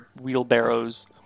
wheelbarrows